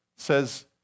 says